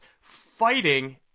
fighting